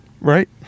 Right